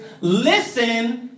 listen